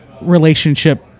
relationship